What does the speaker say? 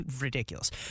ridiculous